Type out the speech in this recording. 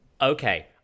Okay